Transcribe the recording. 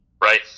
right